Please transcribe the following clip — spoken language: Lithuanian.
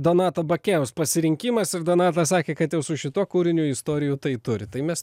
donato bakelių pasirinkimas ir donatas sakė kad jau su šituo kūriniu istorijų tai turi tai mes